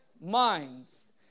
minds